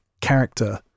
character